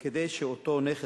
כדי שאותו נכס,